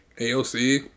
AOC